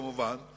כמובן,